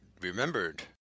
remembered